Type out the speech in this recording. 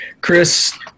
Chris